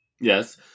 Yes